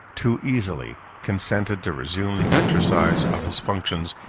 too easily, consented to resume the exercise of his functions,